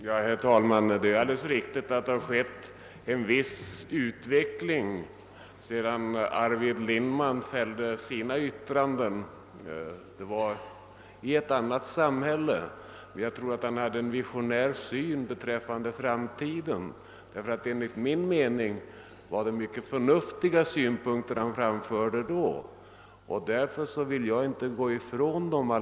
Herr talman! Det är riktigt att det skett en viss utveckling sedan Arvid Lindman fällde sina yttranden. Vi hade ett annat samhälle då, men jag tror att han ägde en visionär syn på framtiden. Enligt min mening var de synpunkter beträffande LKAB som han då framförde mycket förnuftiga. Därför vill jag inte frångå dem.